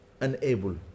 unable